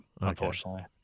unfortunately